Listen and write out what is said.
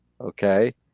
Okay